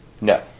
No